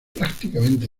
prácticamente